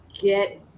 get